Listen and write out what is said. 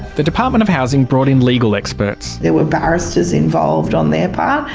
the department of housing brought in legal experts. there were barristers involved on their part.